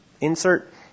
insert